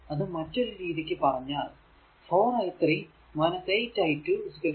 അത് മറ്റൊരു രീതിക്കു പറഞ്ഞാൽ 4 i3 8 i2 3 ഇതാണ് ഇക്വേഷൻ 6